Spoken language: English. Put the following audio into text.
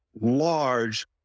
large